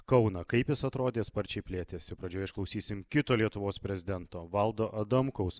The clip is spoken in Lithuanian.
kauną kaip jis atrodė sparčiai plėtėsi pradžioje išklausysim kito lietuvos prezidento valdo adamkaus